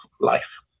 life